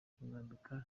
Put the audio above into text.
kumwambika